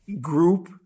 group